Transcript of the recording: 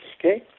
okay